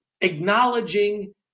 Acknowledging